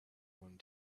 one